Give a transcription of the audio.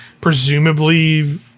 presumably